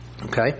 Okay